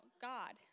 God